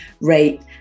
rate